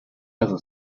other